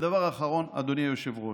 ודבר אחרון, אדוני היושב-ראש,